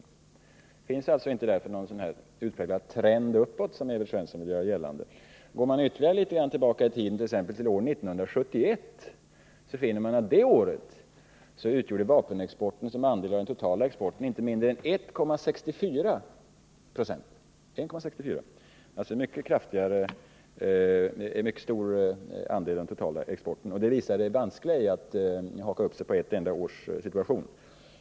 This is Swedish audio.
Det finns alltså inte någon utpräglad trend uppåt, vilket Evert Svensson vill göra gällande. Går man ytterligare litet grand tillbaka i tiden, t.ex. till år 1971, finner man att vapenexportens andel av den totala exporten det året utgjorde inte mindre än 1,64 22, alltså en mycket stor andel av den totala exporten. Det visar det vanskliga i att haka upp sig på ett enda års situation.